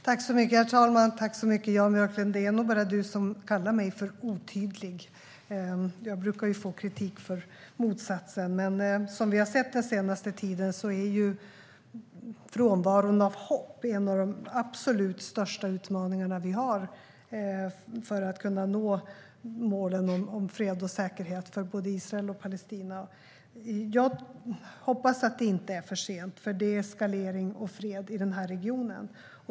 Herr talman! Jag tackar Jan Björklund för inläggen. Det är nog bara han som kallar mig otydlig. Jag brukar få kritik för motsatsen. Som vi har sett den senaste tiden är frånvaron av hopp en av de absolut största utmaningar vi har när vi försöker nå målen om fred och säkerhet för både Israel och Palestina. Jag hoppas att det inte är för sent för deeskalering och fred i den här regionen.